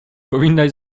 powinnaś